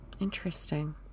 Interesting